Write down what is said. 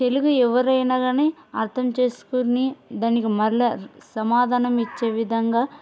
తెలుగు ఎవరైనా కానీ అర్థం చేసుకుని దానికి మళ్ళీ సమాధానం ఇచ్చే విధంగా